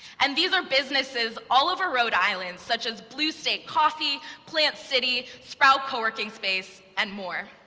and these are businesses all over rhode island, such as blue state coffee, plant city, sprout coworking space, and more.